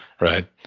right